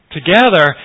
Together